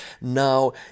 now